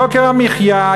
יוקר המחיה,